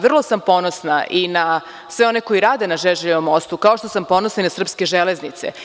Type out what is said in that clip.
Vrlo sam ponosna i na sve one koji rade na Žeželjevom mostu, kao što sam ponosna i na srpske železnice.